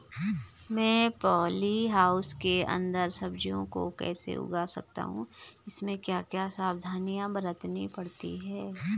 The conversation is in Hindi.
मैं पॉली हाउस के अन्दर सब्जियों को कैसे उगा सकता हूँ इसमें क्या क्या सावधानियाँ बरतनी पड़ती है?